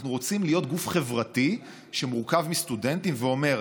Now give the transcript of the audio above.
אנחנו רוצים להיות גוף חברתי שמורכב מסטודנטים ואומר: